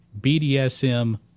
BDSM